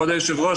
כבוד היו"ר,